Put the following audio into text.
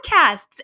podcasts